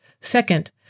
Second